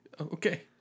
okay